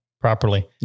properly